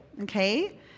Okay